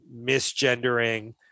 misgendering